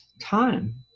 time